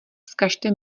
vzkažte